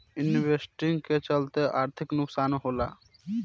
investing के चलते आर्थिक नुकसान होला